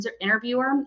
interviewer